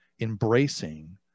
embracing